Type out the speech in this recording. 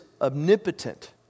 omnipotent